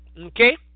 Okay